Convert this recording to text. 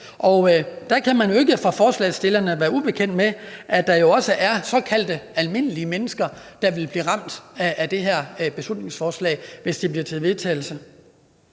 Og der kan man jo ikke fra forslagsstillernes side være ubekendt med, at der også er såkaldte almindelige mennesker, der ville blive ramt af det her beslutningsforslag, hvis det blev vedtaget.